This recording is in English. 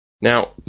Now